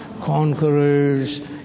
Conquerors